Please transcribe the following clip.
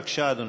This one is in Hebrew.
בבקשה, אדוני.